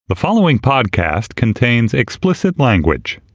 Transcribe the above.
the following podcast contains explicit language